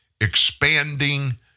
Expanding